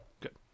good